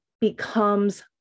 becomes